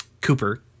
Cooper